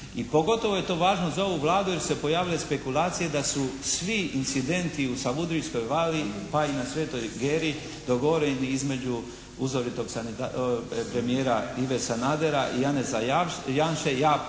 pogotovo je to važno za ovu Vladu jer su se pojavile spekulacije da su svi incidenti u Savudrijskoj Vali pa i na Svetoj Geri dogovoreni između uzoritog premijera Ive Sanadera i Janeza Janše.